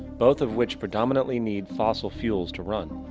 both of which predominantly need fossil fuels to run.